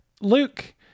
Luke